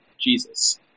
Jesus